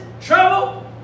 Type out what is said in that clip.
trouble